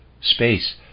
Space